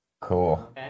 Cool